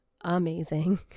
amazing